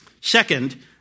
Second